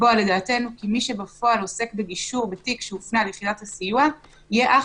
לדעתנו כי מי שבפועל עוסק בגישור בתיק שהופנה ליחידת הסיוע יהיה אך